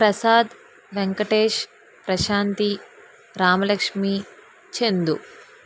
Prasad Venkatesh Prashanti Ramalakshmi Chandu